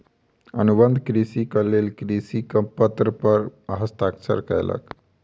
अनुबंध कृषिक लेल कृषक पत्र पर हस्ताक्षर कयलक